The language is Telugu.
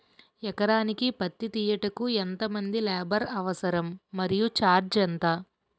ఎకరానికి పత్తి తీయుటకు ఎంత మంది లేబర్ అవసరం? మరియు ఛార్జ్ ఎంత?